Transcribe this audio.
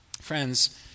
Friends